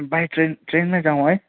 by train ट्रेनमै जाउँ है